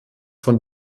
von